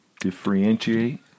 differentiate